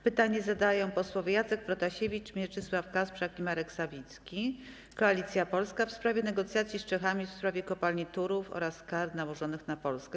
Pytanie zadają posłowie Jacek Protasiewicz, Mieczysław Kasprzak i Marek Sawicki, Koalicja Polska, w sprawie negocjacji z Czechami w sprawie kopalni Turów oraz kar nałożonych na Polskę.